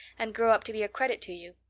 and grow up to be a credit to you.